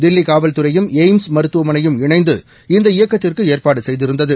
தில்லி காவல்துறையும் எய்ம்ஸ் மருத்துவமனையும் இணைந்து இந்த இயக்கத்திற்கு ஏற்பாடு செய்திருந்தது